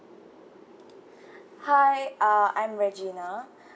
hi uh I'm regina